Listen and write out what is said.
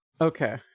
Okay